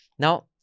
Now